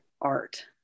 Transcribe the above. art